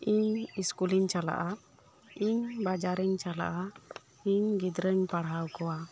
ᱤᱧ ᱤᱥᱠᱩᱞᱤᱧ ᱪᱟᱞᱟᱜᱼᱟ ᱤᱧ ᱵᱟᱡᱟᱨᱤᱧ ᱪᱟᱞᱟᱜᱼᱟ ᱤᱧ ᱜᱤᱫᱽᱨᱟᱹᱧ ᱯᱟᱲᱦᱟᱣ ᱠᱚᱣᱟ